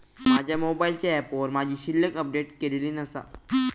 माझ्या मोबाईलच्या ऍपवर माझी शिल्लक अपडेट केलेली नसा